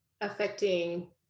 affecting